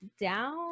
down